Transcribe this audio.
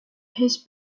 his